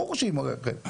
ברור שעם הרכב.